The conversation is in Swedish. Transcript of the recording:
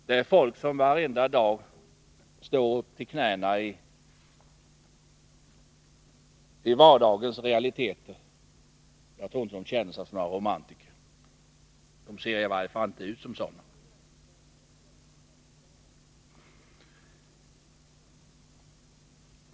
Det är folk som varenda dag står upp till knäna i vardagens realiteter. Jag tror inte att de känner sig som romantiker. De ser i varje fall inte ut som sådana.